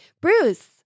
Bruce